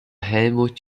helmut